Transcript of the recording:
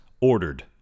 ordered